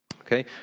Okay